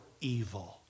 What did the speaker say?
evil